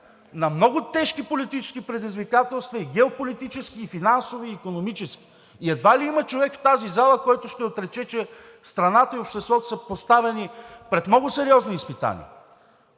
на много тежки политически предизвикателства – и геополитически, и финансови, и икономически. И едва ли има човек в тази зала, който ще отрече, че страната и обществото са поставени пред много сериозни изпитания,